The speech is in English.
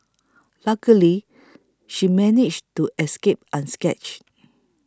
luckily she managed to escape unscathed